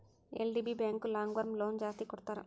LDB bank long term loan ಜಾಸ್ತಿ ಕೊಡ್ತಾರ